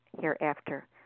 hereafter